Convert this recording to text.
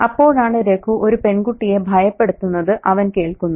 അപ്പോഴാണ് രഘു ഒരു പെൺകുട്ടിയെ ഭയപ്പെടുത്തുന്നത് അവൻ കേൾക്കുന്നത്